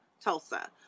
Tulsa